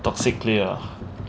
toxic play ah